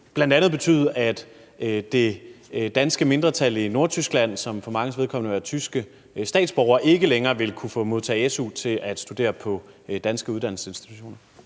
bl.a. vil betyde, at det danske mindretal i Nordtyskland, som for manges vedkommende er tyske statsborgere, ikke længere vil kunne modtage su til at studere på danske uddannelsesinstitutioner.